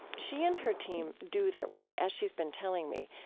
she and her team do their work, as she's been telling me,